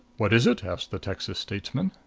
what is it? asked the texas statesman.